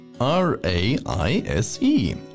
R-A-I-S-E